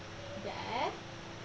sekejap eh